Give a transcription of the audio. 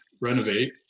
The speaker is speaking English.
renovate